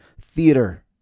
theater